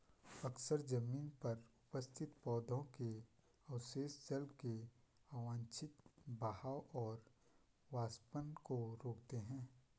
अक्सर जमीन पर उपस्थित पौधों के अवशेष जल के अवांछित बहाव और वाष्पन को रोकते हैं